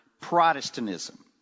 Protestantism